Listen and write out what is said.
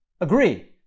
agree